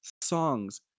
songs